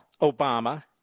Obama